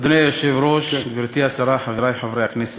אדוני היושב-ראש, גברתי השרה, חברי חברי הכנסת,